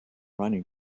running